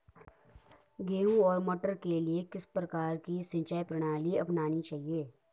गेहूँ और मटर के लिए किस प्रकार की सिंचाई प्रणाली अपनानी चाहिये?